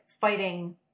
fighting